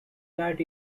that